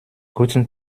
guten